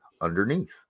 underneath